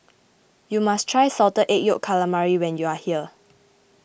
you must try Salted Egg Yolk Calamari when you are here